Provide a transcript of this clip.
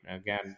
Again